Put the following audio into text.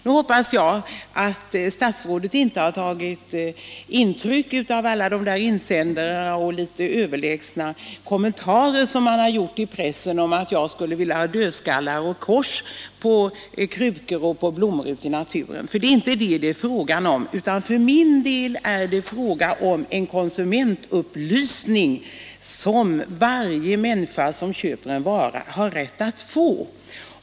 Nu hoppas jag att statsrådet inte har tagit intryck av de insändare och de litet överlägsna kommentarer som förekommit i pressen om att jag skulle vilja ha dödskallar och kors på krukor och blommor ute i naturen. Det är inte fråga om det, utan för min del är det fråga om en konsumentupplysning som varje människa som köper en vara har rätt att få.